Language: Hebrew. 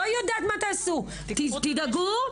לא יודעת מה תעשו, תדאגו.